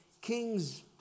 Kings